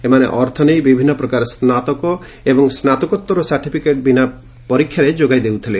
ଏମାନେ ଅର୍ଥ ନେଇ ବିଭିନ୍ନ ପ୍ରକାର ସ୍ନାତକ ଓ ସ୍ନାତକୋତ୍ତର ସାର୍ଟିଫିକେଟ୍ ବିନା ପରୀକ୍ଷାରେ ଯୋଗାଇ ଦେଉଥିଲେ